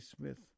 Smith